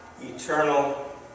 eternal